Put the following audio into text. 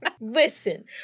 Listen